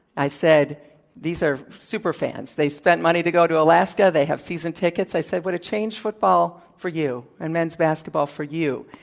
i said these are super fans. they've spent money to go to alaska. they have season tickets. i said, would it change football for you, and men's basketball for you,